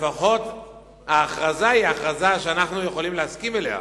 לפחות ההכרזה היא הכרזה שאנחנו יכולים להסכים אתה.